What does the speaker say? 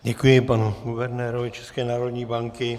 Děkuji panu guvernérovi České národní banky.